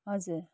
हजुर